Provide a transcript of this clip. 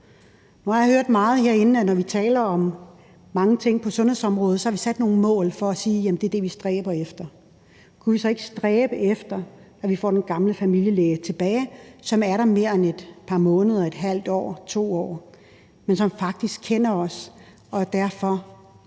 har jeg tit hørt herinde, at når vi taler om ting på sundhedsområdet, har vi sat nogle mål for at sige, at det er det, vi stræber efter. Kunne vi så ikke stræbe efter, at vi får den gamle familielæge tilbage? Det er en, der er der mere end et par måneder eller et halvt eller 2 år, og som faktisk kender os, og hvor